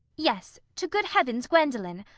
yes! to good heavens, gwendolen,